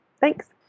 Thanks